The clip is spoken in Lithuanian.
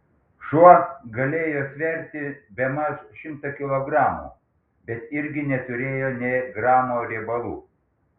šuo galėjo sverti bemaž šimtą kilogramų bet irgi neturėjo nė gramo riebalų